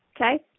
okay